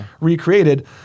recreated